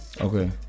Okay